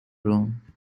room